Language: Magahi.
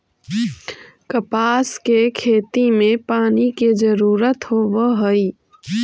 कपास के खेती में पानी के जरूरत होवऽ हई